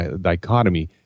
dichotomy